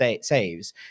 saves